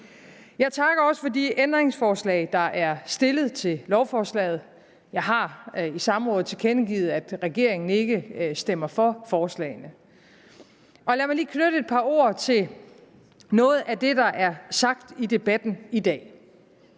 Jeg takker også for de ændringsforslag, der er stillet til lovforslaget. Jeg har i samrådet tilkendegivet, at regeringen ikke stemmer for forslagene. Og lad mig lige knytte et par ord til noget af det, der er sagt i debatten i dag